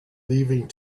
leaving